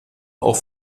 auch